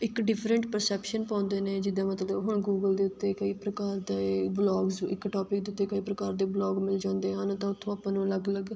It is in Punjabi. ਇੱਕ ਡਿਫਰੈਂਟ ਪਰਸੈਪਸ਼ਨ ਪਾਉਂਦੇ ਨੇ ਜਿੱਦਾਂ ਮਤਲਬ ਹੁਣ ਗੂਗਲ ਦੇ ਉੱਤੇ ਕਈ ਪ੍ਰਕਾਰ ਦੇ ਵਲੋਗਸ ਇੱਕ ਟੋਪਿਕ ਦੇ ਉੱਤੇ ਕਈ ਪ੍ਰਕਾਰ ਦੇ ਵਲੋਗ ਮਿਲ ਜਾਂਦੇ ਹਨ ਤਾਂ ਉੱਥੋਂ ਆਪਾਂ ਨੂੰ ਅਲੱਗ ਅਲੱਗ